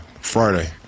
Friday